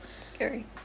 Scary